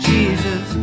Jesus